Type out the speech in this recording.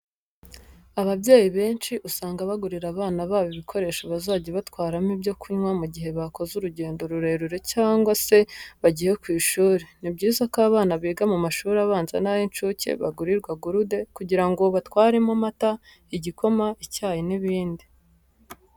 Ababyeyi benshi usanga bagurira abana babo ibikoresho bazajya batwaramo ibyo kunywa mu gihe bakoze urugendo rurerure cyangwa se bagiye ku ishuri. Ni byiza ko abana biga mu mashuri abanza n'ay'incuke bagurirwa gurude kugira ngo batwaremo amata, igikoma, icyayi n'ibindi.